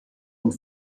und